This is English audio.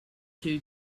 two